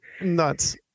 Nuts